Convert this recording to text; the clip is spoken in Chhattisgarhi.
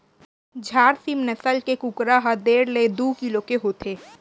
झारसीम नसल के कुकरा ह डेढ़ ले दू किलो तक के होथे